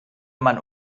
man